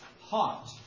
hot